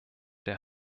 der